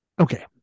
okay